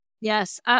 Yes